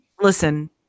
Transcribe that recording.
listen